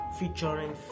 featuring